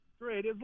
Great